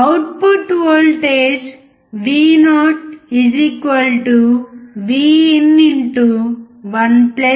output voltage V o V in 1 R f R 1